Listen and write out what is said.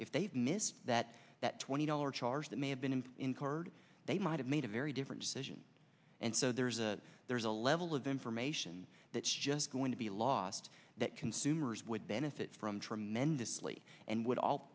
if they've missed that that twenty dollars charge that may have been incurred they might have made a very different decision and so there's a there's a level of information that just going to be lost that consumers would benefit from tremendously and would all